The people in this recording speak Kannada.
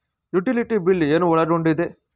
ಯುಟಿಲಿಟಿ ಬಿಲ್ ಏನು ಒಳಗೊಂಡಿದೆ?